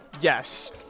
Yes